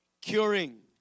curing